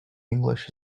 english